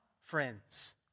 friends